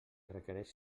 requereix